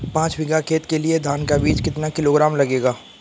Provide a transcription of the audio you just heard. पाँच बीघा खेत के लिये धान का बीज कितना किलोग्राम लगेगा?